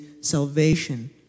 salvation